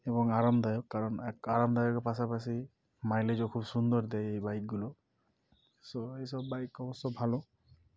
এবং আরামদায়ক কারণ এক আরামদায়কের পাশাপাশি মাইলেজও খুব সুন্দর দেয় এই বাইকগুলো সো এইসব বাইক অবশ্য ভালো